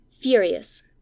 furious